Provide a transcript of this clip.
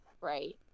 right